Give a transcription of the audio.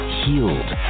healed